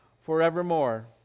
forevermore